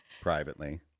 privately